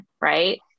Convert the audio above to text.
right